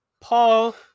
Paul